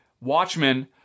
Watchmen